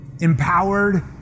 empowered